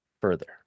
further